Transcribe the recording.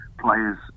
players